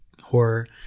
horror